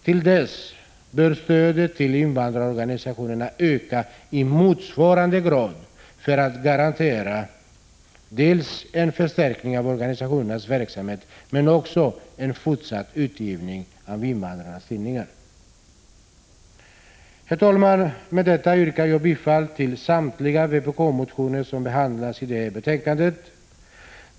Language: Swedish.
Till dess bör stödet till invandrarorganisationerna öka i motsvarande grad för att garantera dels en förstärkning av organisationernas verksamhet, dels också en fortsatt utgivning av invandrarnas tidningar. Herr talman! Med detta yrkar jag bifall till samtliga vpk-motioner som behandlas i detta betänkande.